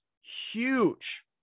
huge